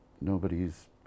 Nobody's